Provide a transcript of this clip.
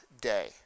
day